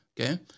Okay